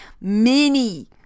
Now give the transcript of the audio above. mini